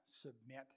submit